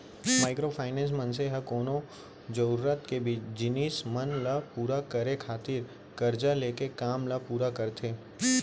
micro finance, मनसे मन ह कोनो जरुरत के जिनिस मन ल पुरा करे खातिर करजा लेके काम ल पुरा करथे